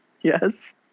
Yes